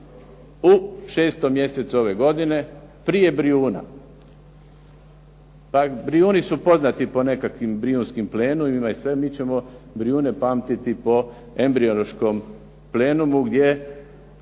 u 6. mjesecu ove godine prije Brijuna. Pa Brijuni su poznati po nekakvim Brijunskim plenovima i sve, mi ćemo Brijune pamtiti po embriološkom plenumu gdje